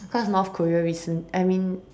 because North Korea recent I mean